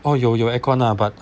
oh 有有 aircon lah but